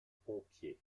pompiers